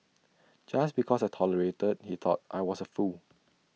just because I tolerated he thought I was A fool